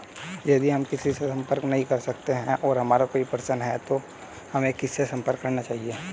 यदि हम किसी से संपर्क नहीं कर सकते हैं और हमारा कोई प्रश्न है तो हमें किससे संपर्क करना चाहिए?